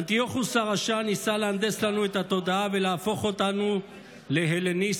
אנטיוכוס הרשע ניסה להנדס לנו את התודעה ולהפוך אותנו להלניסטים,